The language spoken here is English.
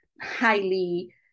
highly